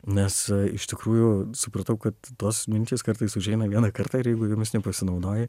nes iš tikrųjų supratau kad tos mintys kartais užeina vieną kartą ir jeigu jomis nepasinaudoji